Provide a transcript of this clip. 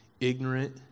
ignorant